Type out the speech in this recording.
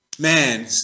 Man